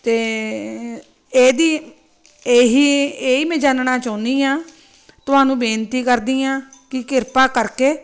ਅਤੇ ਇਹਦੀ ਇਹ ਹੀ ਇਹ ਹੀ ਮੈਂ ਜਾਨਣਾ ਚਾਹੁੰਦੀ ਹਾਂ ਤੁਹਾਨੂੰ ਬੇਨਤੀ ਕਰਦੀ ਹਾਂ ਕਿ ਕਿਰਪਾ ਕਰਕੇ